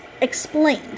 explained